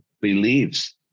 believes